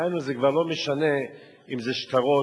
דהיינו זה כבר לא משנה אם זה שטרות,